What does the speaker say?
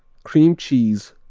cream cheese,